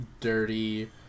dirty